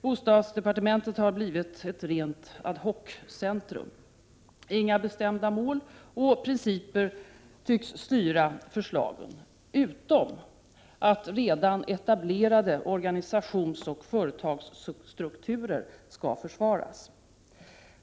Bostadsdepartementet har blivit ett rent ad hoc-centrum. Inga bestämda mål eller principer tycks styra förslagen — förutom att redan etablerade organisationsoch företagsstrukturer skall bevaras.